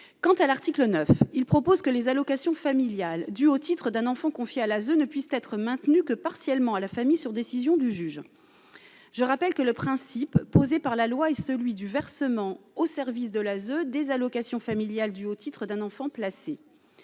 quant à l'article 9, il propose que les allocations familiales dues au titre d'un enfant, confie à l'ASE ne puissent être maintenus que partiellement à la famille, sur décision du juge, je rappelle que le principe posé par la loi et celui du versement au service de l'ASE des allocations familiales dues au titre d'un enfant placé